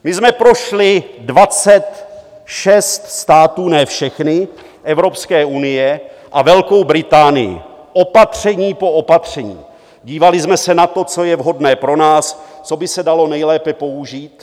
My jsme prošli 26 států ne všechny Evropské unie a Velkou Británii opatření po opatření, dívali jsme se na to, co je vhodné pro nás, co by se dalo nejlépe použít.